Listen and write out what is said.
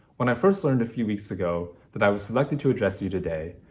when i first learned a few weeks ago that i was selected to address you today,